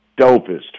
dopest